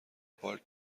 پارک